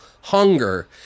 hunger